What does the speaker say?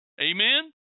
Amen